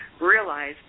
realize